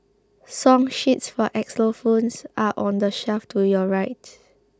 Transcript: song sheets for xylophones are on the shelf to your right